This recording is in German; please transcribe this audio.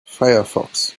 firefox